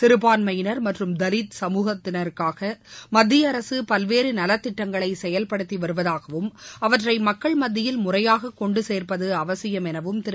சிறுபான்மையினா் மற்றும் தலித் சமூகத்தினருக்காக மத்திய அரசு பல்வேறு நலத்திட்டங்களை செயல்படுத்தி வருவதாகவும் அவற்றை மக்கள் மத்தியில் முறையாக கொண்டு சேர்ப்பது அவசியம் எனவும் திரு